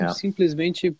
simplesmente